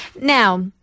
Now